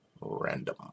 random